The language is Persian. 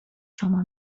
شما